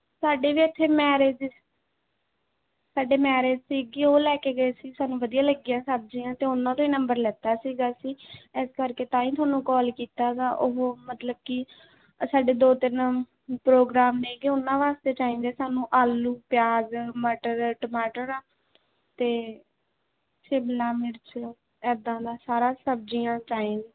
ਸਾਡੇ ਵੀ ਇੱਥੇ ਮੈਰਿਜ ਸਾਡੇ ਮੈਰਿਜ ਸੀਗੀ ਉਹ ਲੈ ਕੇ ਗਏ ਸੀ ਸਾਨੂੰ ਵਧੀਆ ਲੱਗੀਆਂ ਸਬਜ਼ੀਆਂ ਅਤੇ ਉਹਨਾਂ ਤੋਂ ਹੀ ਨੰਬਰ ਲਿੱਤਾ ਸੀਗਾ ਅਸੀਂ ਇਸ ਕਰਕੇ ਤਾਂ ਹੀ ਤੁਹਾਨੂੰ ਕੌਲ ਕੀਤਾ ਗਾ ਉਹ ਮਤਲਬ ਕਿ ਸਾਡੇ ਦੋ ਤਿੰਨ ਪ੍ਰੋਗਰਾਮ ਨੇਗੇ ਉਹਨਾਂ ਵਾਸਤੇ ਚਾਹੀਦੇ ਸਾਨੂੰ ਆਲੂ ਪਿਆਜ਼ ਮਟਰ ਟਮਾਟਰ ਆ ਅਤੇ ਸ਼ਿਮਲਾ ਮਿਰਚ ਇੱਦਾਂ ਦਾ ਸਾਰਾ ਸਬਜ਼ੀਆਂ ਟਾਈਮ